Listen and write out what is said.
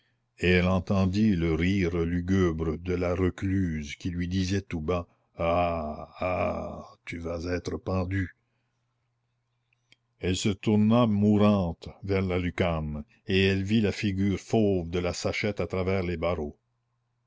et elle entendit le rire lugubre de la recluse qui lui disait tout bas hah hah hah tu vas être pendue elle se tourna mourante vers la lucarne et elle vit la figure fauve de la sachette à travers les barreaux